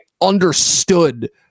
understood